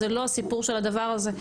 זה לא הסיפור של הדבר הזה.